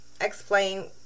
Explain